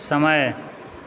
समय